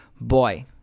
boy